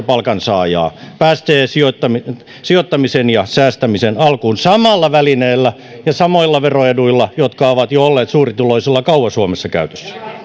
palkansaaja pääsee sijoittamisen sijoittamisen ja säästämisen alkuun samalla välineellä ja samoilla veroeduilla jotka ovat olleet suurituloisilla jo kauan suomessa käytössä